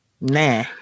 nah